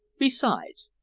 besides,